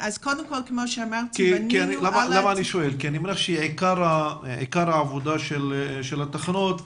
אני מניח שעיקר העבודה של התחנות הן,